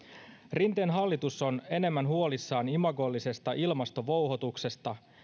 rinteen hallitus on enemmän huolissaan imagollisesta ilmastovouhotuksesta